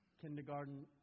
Kindergarten